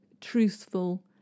truthful